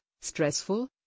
stressful